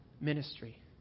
ministry